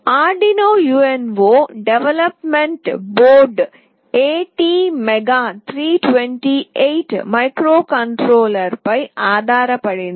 Arduino UNO development board ATmega 328 మైక్రోకంట్రోలర్పై ఆధారపడింది